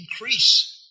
increase